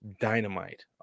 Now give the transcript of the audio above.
dynamite